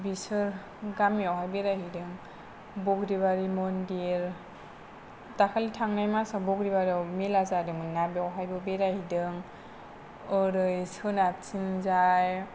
बेफोर गामियावहाय बेरायहैदों बग्रिबारि मन्दिर दाखालि थांनाय मासआव बग्रिबारिआव मेला जादोंमोनना बेवहायबो बेरायहैदों ओरै सोनाबथिंजाय